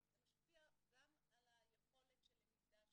זה משפיע גם על היכולת של למידה,